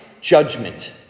judgment